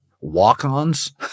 walk-ons